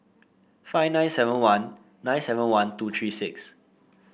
five nine seven one nine seven one two three six